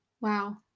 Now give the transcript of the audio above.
Wow